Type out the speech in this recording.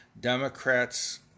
Democrats